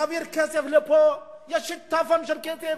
יעביר כסף לפה, יהיה שיטפון של כסף,